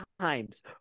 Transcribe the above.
times